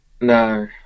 No